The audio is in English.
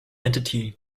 entity